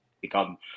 become